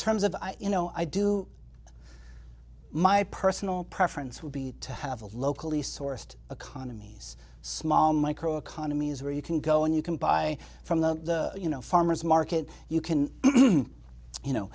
terms of you know i do my personal preference would be to have a locally sourced economies small micro economies where you can go and you can buy from the you know farmer's market you can you know